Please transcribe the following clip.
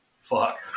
fuck